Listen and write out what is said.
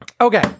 Okay